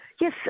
Yes